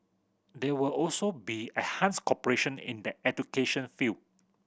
there will also be enhanced cooperation in the education field